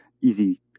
easy